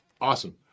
Awesome